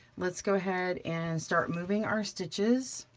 let's go ahead and start moving our stitches.